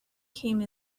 came